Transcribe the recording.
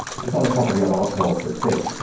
it's not a property of alcohol per se.